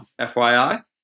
FYI